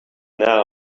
now